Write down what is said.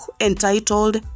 entitled